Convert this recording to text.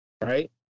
right